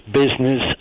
business